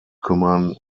kümmern